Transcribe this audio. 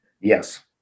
Yes